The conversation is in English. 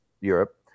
Europe